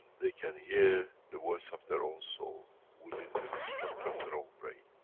they can hear the voice of their own soul within the structure of their own brain.